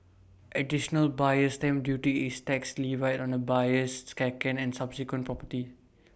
additional buyer's stamp duty is tax levied on A buyer's second and subsequent property